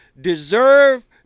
Deserve